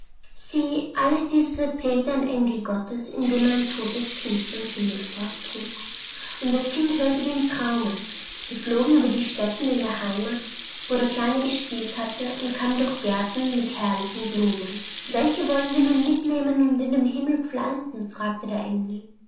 sieh alles dieses erzählte ein engel gottes indem er ein totes kind zum himmel forttrug und das kind hörte wie im traume sie flogen über die stätten in der heimat wo der kleine gespielt hatte und kamen durch gärten mit herrlichen blumen welche wollen wir nun mitnehmen und in dem himmel pflanzen fragte der